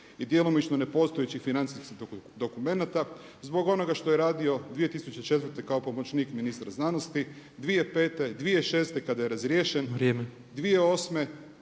i djelomično nepostojećih financijskih dokumenata, zbog onoga što je radio 2004. kao pomoćnik ministra znanosti. 2005., 2006. kada je razriješen, 2008.